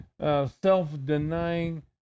self-denying